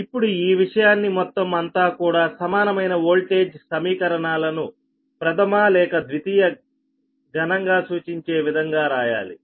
ఇప్పుడు ఈ విషయాన్ని మొత్తం అంతా కూడా సమానమైన వోల్టేజ్ సమీకరణాలను ప్రథమ లేక ద్వితీయ ఘనంగా సూచించే విధంగా రాయాలి